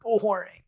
boring